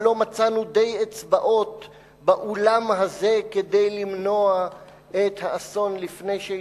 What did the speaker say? אבל לא מצאנו די אצבעות באולם הזה למנוע את האסון לפני שהתרחש?